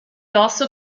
also